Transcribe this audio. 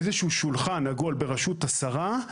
איזשהו שולחן עגול בראשות השרה,